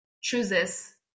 chooses